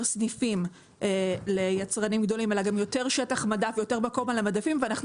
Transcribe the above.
סניפים ליצרנים גדולים אלא גם יותר שטח מדף ויותר מקום על המדפים ואנחנו